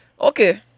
Okay